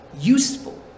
useful